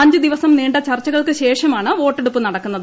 അഞ്ച് ദിവസം നീണ്ട ചർച്ചകൾക്ക് ശേഷമാണ് വോട്ടെടുപ്പ് നടക്കുന്നത്